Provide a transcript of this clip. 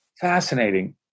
fascinating